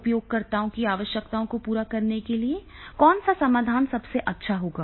उपयोगकर्ताओं की आवश्यकताओं को पूरा करने के लिए कौन सा समाधान सबसे अच्छा होगा